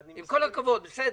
עם כל הכבוד, בסדר.